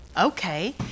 Okay